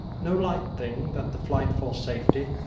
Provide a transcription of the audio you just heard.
no light thing that, the flight for safety,